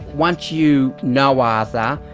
once you know arthur,